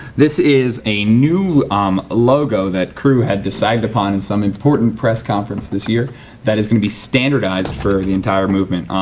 this is a new um logo that crew had decided upon in some important press conference this year that is going to be standardized for the entire movement.